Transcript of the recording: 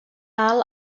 alt